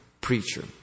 preacher